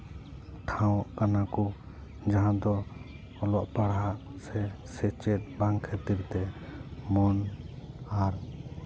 ᱴᱷᱟᱶ ᱠᱟᱱᱟ ᱠᱚ ᱡᱟᱦᱟᱸ ᱫᱚ ᱚᱞᱚᱜ ᱯᱟᱲᱦᱟᱜ ᱥᱮ ᱥᱮᱪᱮᱫ ᱵᱟᱝ ᱠᱷᱟᱹᱛᱤᱨ ᱛᱮ ᱢᱚᱱ ᱟᱨ